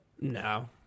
No